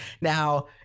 Now